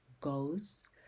goes